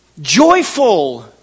joyful